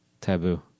taboo